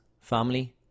family